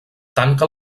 tanca